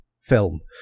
film